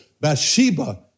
Bathsheba